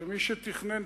שמי שתכנן,